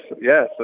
yes